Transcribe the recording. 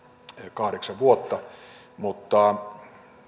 kahdeksan vuotta mutta